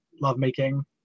lovemaking